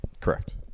Correct